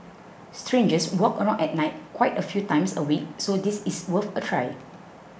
strangers walk around at night quite a few times a week so this is worth a try